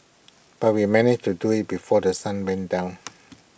but we managed to do IT before The Sun went down